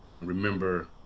remember